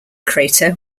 crater